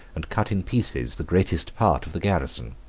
and cut in pieces the greatest part of the garrison.